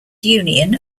union